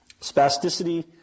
Spasticity